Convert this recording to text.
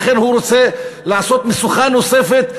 ולכן הוא רוצה לעשות משוכה נוספת,